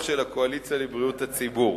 הזיהום של "הקואליציה לבריאות הציבור".